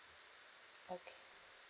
okay